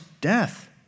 death